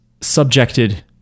subjected